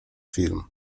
film